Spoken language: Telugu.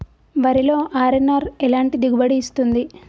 వరిలో అర్.ఎన్.ఆర్ ఎలాంటి దిగుబడి ఇస్తుంది?